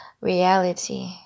reality